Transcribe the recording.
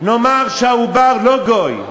נאמר שהעובר לא גוי.